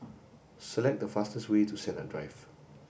select the fastest way to Sennett Drive